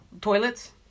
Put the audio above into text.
toilets